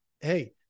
Hey